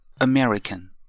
American